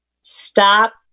Stop